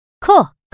Cook